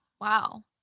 wow